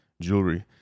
jewelry